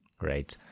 right